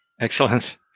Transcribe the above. Excellent